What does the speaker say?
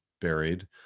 buried